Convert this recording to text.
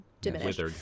diminished